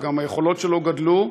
וגם היכולות שלו גדלו.